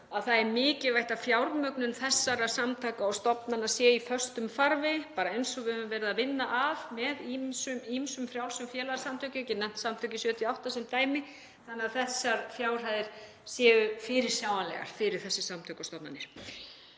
að það er mikilvægt að fjármögnun þessara samtaka og stofnana sé í föstum farvegi, bara eins og við höfum verið að vinna að með ýmsum frjálsum félagasamtökum, ég get nefnt Samtökin '78 sem dæmi, þannig að þessar fjárhæðir séu fyrirsjáanlegar fyrir þessi samtök og stofnanir.